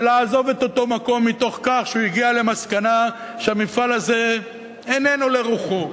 ולעזוב את אותו מקום מתוך כך שהוא הגיע למסקנה שהמפעל הזה איננו לרוחו,